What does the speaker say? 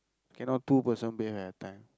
cannot two person bathe at a time